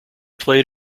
played